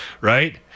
right